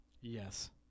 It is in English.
Yes